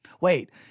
Wait